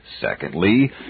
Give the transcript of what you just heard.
Secondly